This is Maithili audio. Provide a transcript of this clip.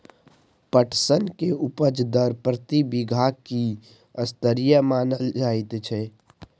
पटसन के उपज दर प्रति बीघा की स्तरीय मानल जायत छै?